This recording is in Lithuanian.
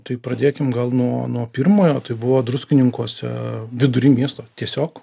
tai pradėkim gal nuo nuo pirmojo tai buvo druskininkuose vidury miesto tiesiog